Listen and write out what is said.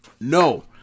No